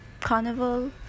carnival